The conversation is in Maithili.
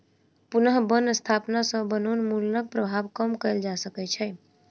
पुनः बन स्थापना सॅ वनोन्मूलनक प्रभाव कम कएल जा सकै छै